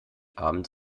abends